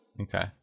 okay